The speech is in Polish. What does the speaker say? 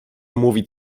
mówi